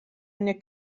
mnie